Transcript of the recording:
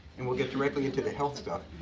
and we'll get directly into the health stuff.